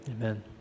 Amen